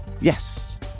yes